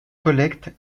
collecte